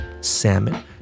salmon